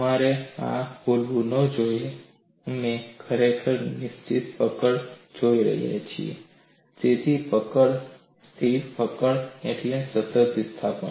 તમારે આ ભૂલવું ન જોઈએ અમે ખરેખર નિશ્ચિત પકડ જોઈ રહ્યા છીએ સ્થિર પકડ એટલે સતત વિસ્થાપન